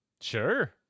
sure